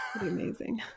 Amazing